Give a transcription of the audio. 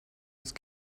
use